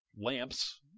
lamps